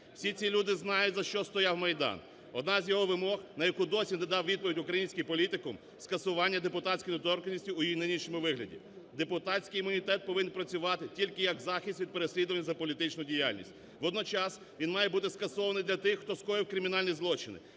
всі ці люди знають, за що стояв Майдан. Одна з його вимог, на яку досі не дав відповідь український політикум, скасування депутатської недоторканності у її нинішньому вигляді. Депутатський імунітет повинен працювати тільки як захист від переслідувань за політичну діяльність, водночас, він має бути скасований для тих, хто скоїв кримінальні злочини.